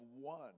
one